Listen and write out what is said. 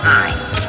eyes